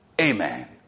amen